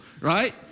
Right